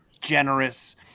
generous